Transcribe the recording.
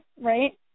right